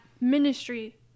ministry